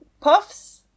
puffs